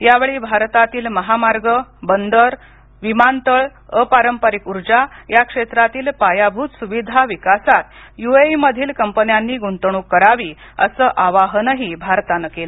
यावेळी भारतातील महामार्ग बंदर विमानतळ अपारंपरिक उर्जा या क्षेत्रातील पायाभूत सुविधा विकासात युएईमधील कंपन्यांनी गुंतवणूक करावी असं आवाहनही भारतानं केलं